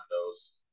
windows